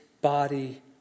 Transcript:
body